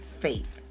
faith